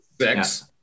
Six